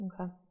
Okay